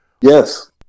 Yes